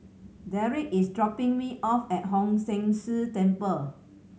Deric is dropping me off at Hong San See Temple